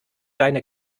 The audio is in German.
deine